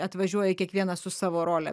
atvažiuoja kiekvienas su savo role